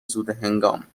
زودهنگام